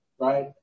right